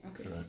okay